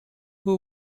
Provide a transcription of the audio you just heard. who